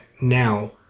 now